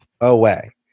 away